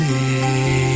Day